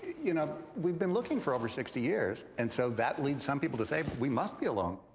you know, we've been looking for over sixty years. and so that leads some people to say we must be alone.